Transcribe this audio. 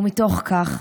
ומתוך כך,